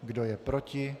Kdo je proti?